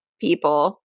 people